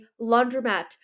laundromat